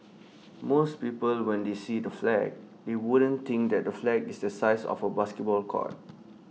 most people when they see the flag they wouldn't think that the flag is the size of A basketball court